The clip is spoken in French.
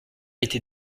été